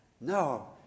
No